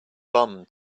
bummed